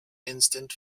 instant